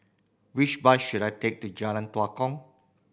which bus should I take to Jalan Tua Kong